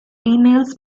emails